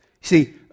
See